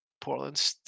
Portland